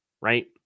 Right